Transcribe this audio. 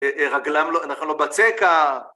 רגלם לא... אנחנו לא בצקה!